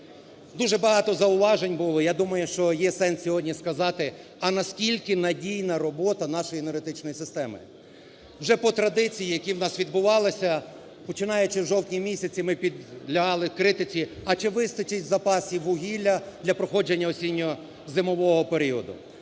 Дуже багато зауважень було, я думаю, що є сенс сьогодні сказати, а наскільки надійна робота нашої енергетичної системи. Вже по традиції, які у нас відбувалися, починаючи у жовтні місяці, ми підлягали критиці, а чи вистачить запасів вугілля для проходження осінньо-зимового періоду.